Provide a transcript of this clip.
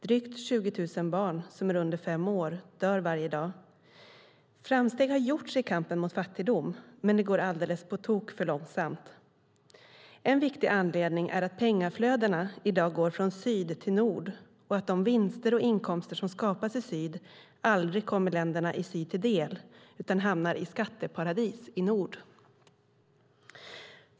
Drygt 20 000 barn, som är under fem år, dör varje dag. Framsteg har gjorts i kampen mot fattigdom, men det går alldeles på tok för långsamt. En viktig anledning är att pengaflödena i dag går från syd till nord och att de vinster och inkomster som skapas i syd aldrig kommer länderna i syd till del utan hamnar i skatteparadis i nord.